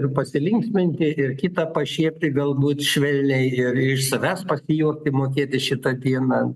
ir pasilinksminti ir kitą pašiepti galbūt švelniai ir iš savęs pasijuokti mokėti šitą dieną